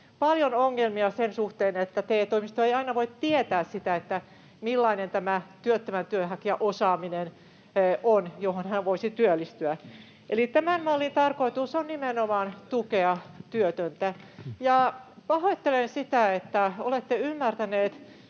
ongelmia sen suhteen, että TE-toimisto ei aina voi tietää sitä, millainen tämä työttömän työnhakijan osaaminen on, jolla hän voisi työllistyä. Eli tämän mallin tarkoitus on nimenomaan tukea työtöntä. Pahoittelen sitä, että olette ymmärtänyt